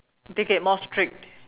take it more strict